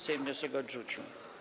Sejm wniosek odrzucił.